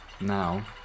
Now